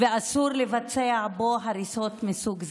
ואסור לבצע בו הריסות מסוג כזה.